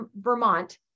vermont